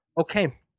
okay